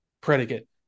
predicate